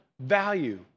value